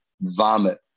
vomit